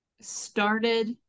started